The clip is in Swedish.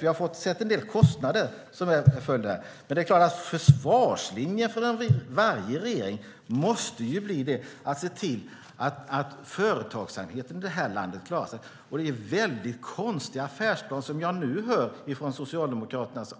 Vi har bara sett en del kostnader som en följd där. Men försvarslinjen från varje regering måste vara att se till att företagsamheten i detta land klarar sig. Det är en mycket konstig affärsplan som jag nu hör från Socialdemokraternas